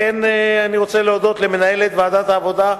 כמו כן אני רוצה להודות למנהלת ועדת העבודה,